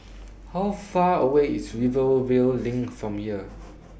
How Far away IS Rivervale LINK from here